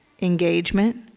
engagement